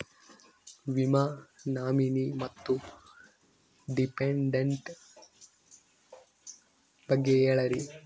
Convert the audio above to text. ವಿಮಾ ನಾಮಿನಿ ಮತ್ತು ಡಿಪೆಂಡಂಟ ಬಗ್ಗೆ ಹೇಳರಿ?